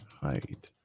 Height